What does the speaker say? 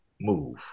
Move